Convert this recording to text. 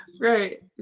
Right